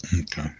Okay